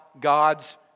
God's